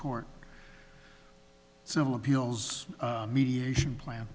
court civil appeals mediation plan